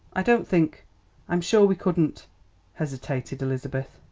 i don't think i'm sure we couldn't hesitated elizabeth.